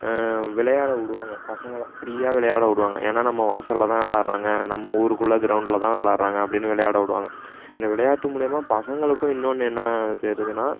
விளையாட விடுவாங்க பசங்களை ஃப்ரீயாக விளையாட விடுவாங்க ஏன்னா நம்ம வாசலில் தான் விளாட்றாங்க நம்ம ஊருக்குள்ளே க்ரௌண்டில் தான் விளாட்றாங்க அப்படின்னு விளையாட விடுவாங்க இந்த விளையாட்டு மூலிமா பசங்களுக்கும் இன்னொன்று என்ன தெரியுதுனா